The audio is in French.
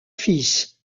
fils